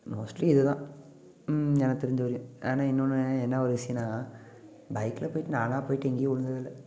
mostly இது தான் எனக்கு தெரிஞ்ச வரையும் ஆனால் இன்னொன்று என்ன ஒரு விஷயோம்னா பைக்கில் போயிவிட்டு நானாக போயிவிட்டு எங்கேயும் விழுந்தது இல்லை